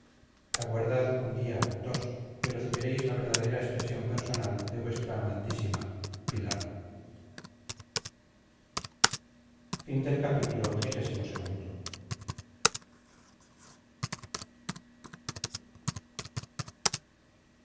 aguardad un día dos y recibiréis la verdadera expresión personal de vuestra amantísima pilar